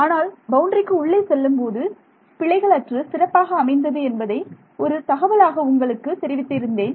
ஆனால் பவுண்டரிக்கு உள்ளே செல்லும்போது பிழைகள் அற்று சிறப்பாக அமைந்தது என்பதை ஒரு தகவலாக உங்களுக்கு தெரிவித்து இருந்தேன்